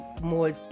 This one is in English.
more